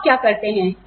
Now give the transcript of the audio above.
तो आप क्या करते हैं